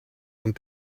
ond